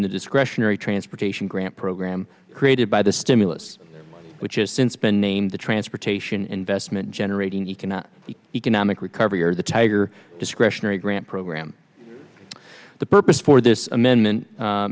in the discretionary transportation grant program created by the stimulus which has since been named the transportation investment generating you cannot the economic recovery or the tiger discretionary grant program the purpose for this amendment